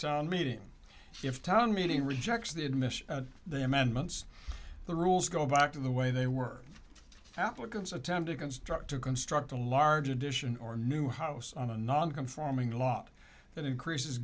meeting if town meeting rejects the admission of the amendments the rules go back to the way they were applicants attempt to construct to construct a large addition or new house on a non conforming lot that increases